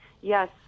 Yes